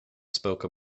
spoke